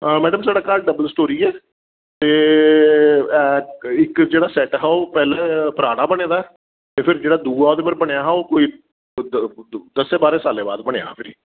हां मैडम साढ़ा घर डबल स्टोरी ऐ ते ऐ इक जेह्ड़ा सैट हा ओह् पैह्ले पराना बने दा ऐ ते फिर जेह्ड़ा दूआ एह्दे पर बनेआ हा कोई कोई दस्सें बारें सालें बाद बनेआ हा फिर एह्